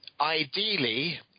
Ideally